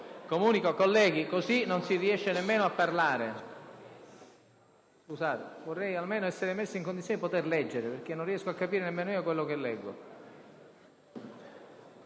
(Brusìo).* Colleghi, non si riesce nemmeno a parlare. Vorrei almeno essere messo in condizione di poter leggere: così non riesco a capire nemmeno quello che leggo.